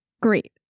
Great